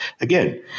again